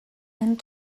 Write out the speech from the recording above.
and